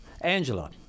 Angela